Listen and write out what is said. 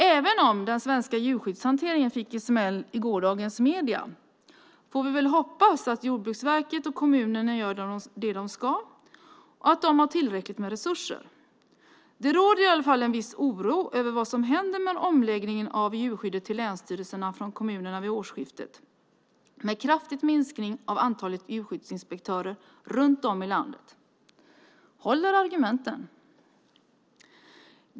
Även om den svenska djurskyddshanteringen fick en smäll i gårdagens medier får vi väl hoppas att Jordbruksverket och kommunerna gör det de ska och att de har tillräckligt med resurser. Det råder i alla fall en viss oro över vad som händer med omläggningen av djurskyddet till länsstyrelserna från kommunerna vid årsskiftet med en kraftig minskning av antalet djurskyddsinspektörer runt om i landet. Håller argumenten?